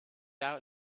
out